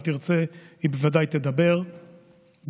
אם היא תרצה היא בוודאי תדבר בקולה.